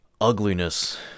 ugliness